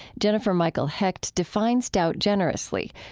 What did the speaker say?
jennifer michael hecht defines doubt generously,